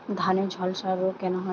ধানে ঝলসা রোগ কেন হয়?